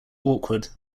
awkward